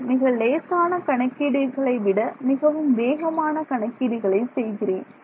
நான் மிக லேசான கணக்கீடுகளை விட மிகவும் வேகமான கணக்கீடுகளை செய்கிறேன்